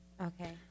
Okay